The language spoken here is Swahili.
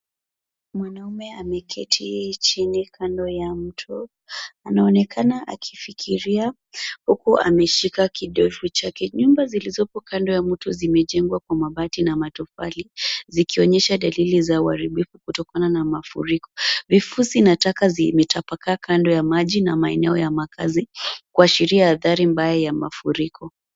Mwanaume ameketi chini kando ya mto, anaonekana akifikiria, huku ameshika kidevu chake. Nyumba zilizopo kando ya mto, zimejengwa kwa mabati na matofali, zikionyesha dalili za uharibifu kutokana na mafuriko. Vifusi na taka zimetapakaa kando ya maji na maeneo ya makaazi, kuashiria adhari mbaya ya mafuriko.